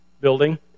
building